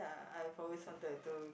I've always wanted to